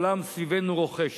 העולם סביבנו רוחש.